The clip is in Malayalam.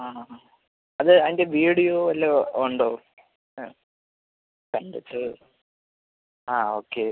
ആ അത് അതിൻ്റെ വീഡിയോ വല്ലതും ഉണ്ടോ കണ്ടിട്ട് ആ ഓക്കെ